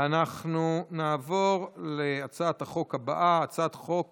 אנחנו נעבור להצעת החוק הבאה, הצעת חוק